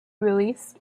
released